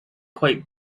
quite